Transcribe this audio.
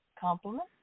Compliment